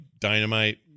dynamite